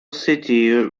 city